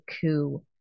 coup